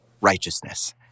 righteousness